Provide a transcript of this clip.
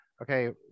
Okay